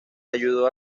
ayudó